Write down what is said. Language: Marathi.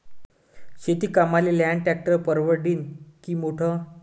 शेती कामाले लहान ट्रॅक्टर परवडीनं की मोठं?